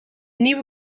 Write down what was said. nieuwe